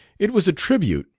it was a tribute,